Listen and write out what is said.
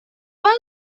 بانک